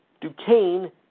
Duquesne